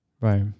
Right